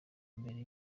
mbere